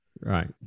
right